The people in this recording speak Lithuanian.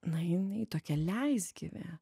na jinai tokia leisgyvė